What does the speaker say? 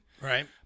Right